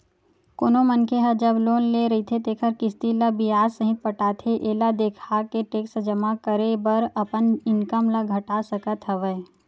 कोनो मनखे ह जब लोन ले रहिथे तेखर किस्ती ल बियाज सहित पटाथे एला देखाके टेक्स जमा करे बर अपन इनकम ल घटा सकत हवय